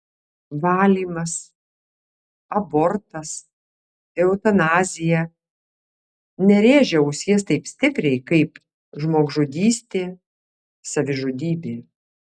valymas abortas eutanazija nerėžia ausies taip stipriai kaip žmogžudystė savižudybė